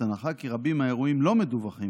הצעת החוק לא התקבלה.